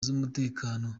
z’umutekano